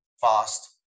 fast